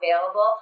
available